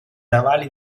navale